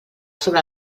sobre